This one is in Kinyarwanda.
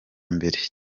mbere